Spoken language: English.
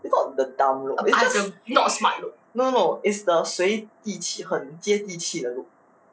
it's not the dumb look no no no is the 随一气很接地气的 look